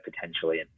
potentially